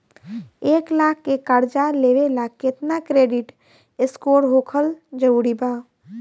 एक लाख के कर्जा लेवेला केतना क्रेडिट स्कोर होखल् जरूरी बा?